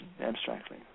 abstractly